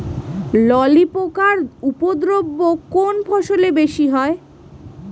ললি পোকার উপদ্রব কোন ফসলে বেশি হয়?